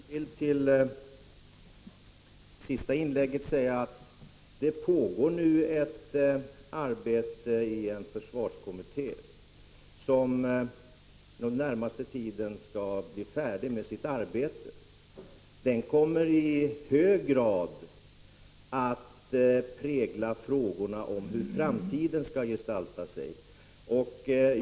Herr talman! Jag vill till det sista inlägget säga att det nu pågår ett arbete i en försvarskommitté som under den närmaste tiden skall bli färdigt. Det arbetet präglas i hög grad av frågorna om hur framtiden skall gestalta sig. Herr talman!